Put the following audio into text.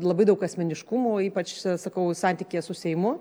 labai daug asmeniškumų ypač sakau santykyje su seimu